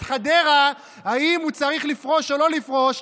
חדרה אם הוא צריך לפרוש או לא לפרוש,